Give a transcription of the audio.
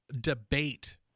debate